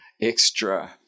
extra